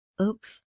Oops